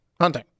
hunting